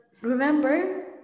remember